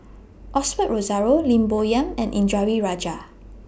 Osbert Rozario Lim Bo Yam and Indranee Rajah